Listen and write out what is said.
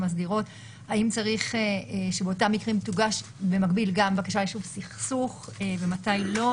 האם צריך שבאותם מקרים תוגש במקביל גם בקשה ליישוב סכסוך ומתי לא.